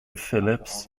phillips